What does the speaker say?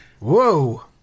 Whoa